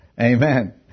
Amen